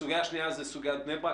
הסוגיה השנייה היא סוגיית בני ברק.